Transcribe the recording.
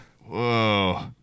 Whoa